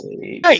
Hey